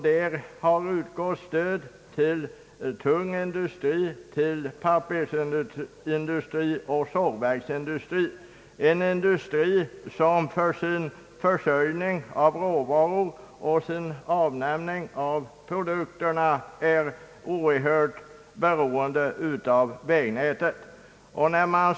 Det har utgått stöd till tung industri, till pappersindustri och sågverksindustri, industrier som för sin försörjning med råvaror och avsättning av sina produkter är oerhört beroende av vägnätet.